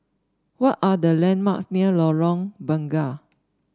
what are the landmarks near Lorong Bunga